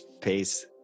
peace